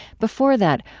before that,